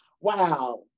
Wow